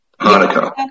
Hanukkah